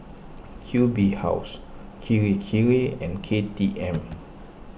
Q B House Kirei Kirei and K T M